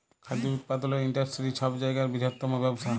খাদ্য উৎপাদলের ইন্ডাস্টিরি ছব জায়গার বিরহত্তম ব্যবসা